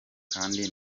kandi